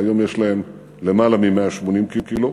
והיום יש להם למעלה מ-180 קילו.